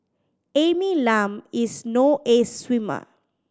Amy Lam is no ace swimmer